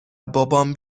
بابام